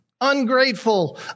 Ungrateful